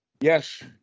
Yes